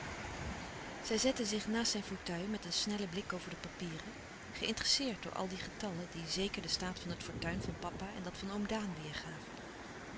zij zette zich naast zijn fauteuil met een snellen blik over de papieren geïnteresseerd door al die getallen die zeker den staat van het fortuin van papa en dat van oom daan weêrgaven